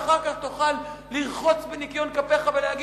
ואחר כך תוכל לרחוץ בניקיון כפיך ולהגיד: